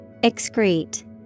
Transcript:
Excrete